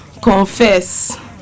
Confess